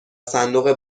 صندوق